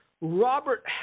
Robert